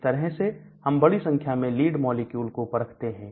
इस तरह से हम बड़ी संख्या में लीड मॉलिक्यूल को परखते हैं